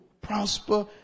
prosper